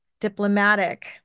diplomatic